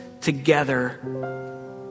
together